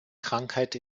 krankheit